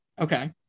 Okay